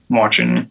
watching